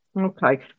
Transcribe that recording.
Okay